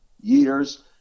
years